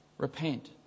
Repent